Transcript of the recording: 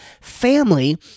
family